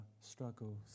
struggles